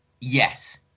Yes